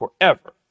forever